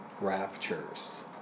raptures